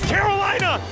Carolina